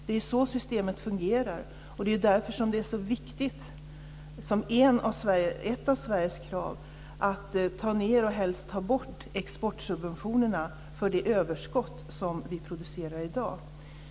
Det är så systemet fungerar, och det är därför som det är så viktigt, vilket är ett av Sveriges krav, att ta ned och helst ta bort exportsubventionerna för de överskott som vi producerar i dag.